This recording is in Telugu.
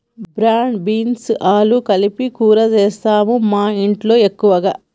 బ్రాడ్ బీన్స్ ఆలు కలిపి కూర చేస్తాము మాఇంట్లో ఎక్కువగా